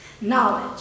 Knowledge